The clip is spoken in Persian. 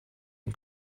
این